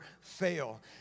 fail